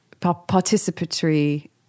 participatory